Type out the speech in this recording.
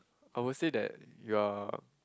I will say that you are